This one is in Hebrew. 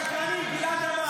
גלי, אתם שקרנים, גלעד אמר.